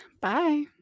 Bye